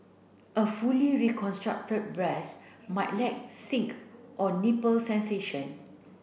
a fully reconstructed breast might lack think or nipple sensation